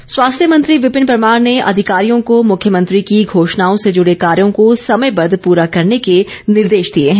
परमार स्वास्थ्य मंत्री विपिन परमार ने अधिकारियों को मुख्यमंत्री की घोषणाओं से जुड़े कार्यो को समयबद्व पूरा करने के निर्देश दिए हैं